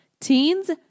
Teens